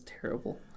terrible